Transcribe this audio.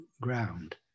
ground